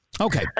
Okay